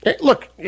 Look